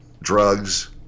drugs